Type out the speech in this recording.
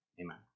Amen